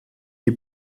die